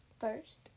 First